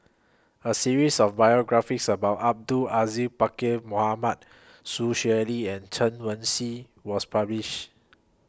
A series of biographies about Abdul Aziz Pakkeer Mohamed Sun Xueling and Chen Wen Hsi was published